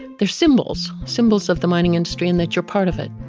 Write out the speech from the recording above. they're symbols. symbols of the mining industry and that you're part of it.